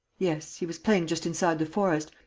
yes, he was playing just inside the forest.